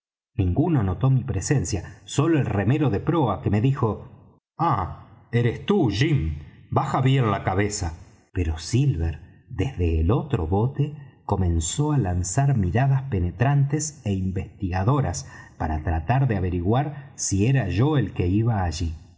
ninguno notó mi presencia sólo el remero de proa me dijo ah eres tú jim baja bien la cabeza pero silver desde el otro bote comenzó á lanzar miradas penetrantes é investigadoras para tratar de averiguar si era yo el que iba allí